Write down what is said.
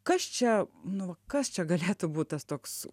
kas čia nu va kas čia galėtų būt tas toks